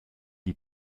die